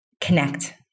Connect